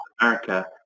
America